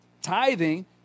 Tithing